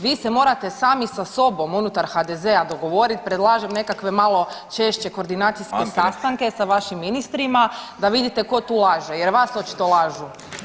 Vi se morate sami sa sobom unutar HDZ-a dogovorit, predlažem nekakve malo češće koordinacijske sastanke sa vašim ministrima da vidite ko tu laže jer vas očito lažu.